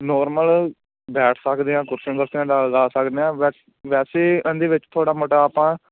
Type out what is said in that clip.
normal ਬੈਠ ਸਕਦੇ ਹਾਂ ਕੁਰਸੀਆਂ ਕੁਰਸੀਆਂ ਡਾਹ ਲਾ ਸਕਦੇ ਹਾਂ ਬਸ ਵੈਸੇ ਇਹਦੇ ਵਿੱਚ ਥੋੜ੍ਹਾ ਮੋਟਾ ਆਪਾਂ